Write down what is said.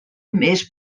més